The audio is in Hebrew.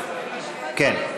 כן.